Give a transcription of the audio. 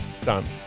done